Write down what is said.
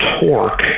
torque